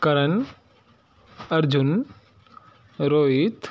Karan Arjun Rohit